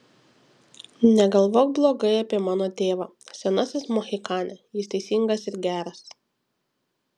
negalvok blogai apie mano tėvą senasis mohikane jis teisingas ir geras